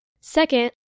Second